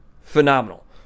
phenomenal